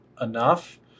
enough